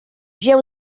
jeu